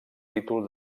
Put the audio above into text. títol